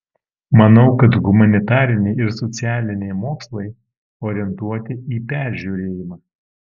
manau kad humanitariniai ir socialiniai mokslai orientuoti į peržiūrėjimą